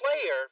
player